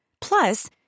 Plus